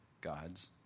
God's